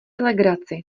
legraci